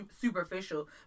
superficial